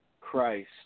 Christ